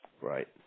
Right